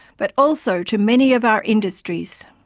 but also to many of our industries.